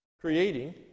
creating